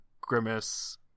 grimace